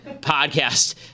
podcast